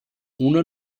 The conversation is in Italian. una